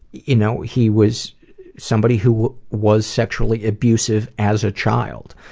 you know he was somebody who was sexually abusive as a child.